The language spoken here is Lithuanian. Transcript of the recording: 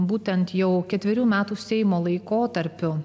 būtent jau ketverių metų seimo laikotarpiu